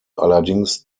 allerdings